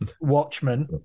Watchmen